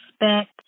Expect